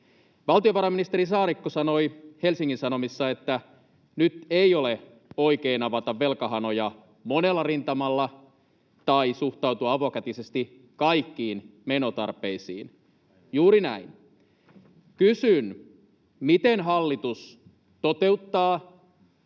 Valtiovarainministeri Saarikko sanoi Helsingin Sanomissa, että ”nyt ei ole oikein avata velkahanoja monella rintamalla tai suhtautua avokätisesti kaikkiin menotarpeisiin”. Juuri näin. Kysyn: Miten hallitus toteuttaa